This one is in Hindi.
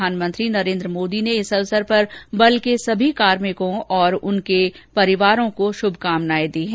प्रधानमंत्री नरेंद्र मोदी ने इस अवसर पर बल के सभी कार्मिकों और उनके परिवारों को शुभकामनाएं दीं